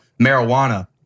marijuana